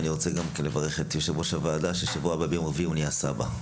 אני רוצה לברך את יושב-ראש הוועדה שבשבוע הבא ביום רביעי הוא יהיה סבא,